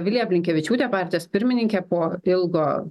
vilija blinkevičiūtė partijos pirmininkė po ilgo